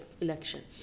election